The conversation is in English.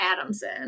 Adamson